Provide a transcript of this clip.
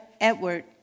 Edward